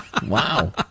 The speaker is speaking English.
Wow